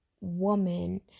woman